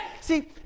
See